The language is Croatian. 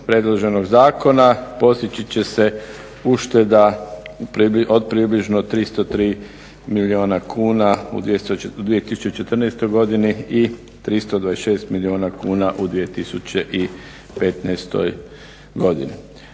predloženog zakona postići će se ušteda od približno 303 milijuna kuna u 2014. godini i 326 milijuna kuna u 2015. godini.